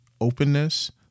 openness